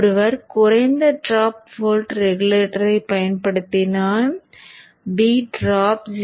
ஒருவர் குறைந்த drop volt ரெகுலேட்டரைப் பயன்படுத்தினால் V டிராப் 0